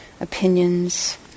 opinions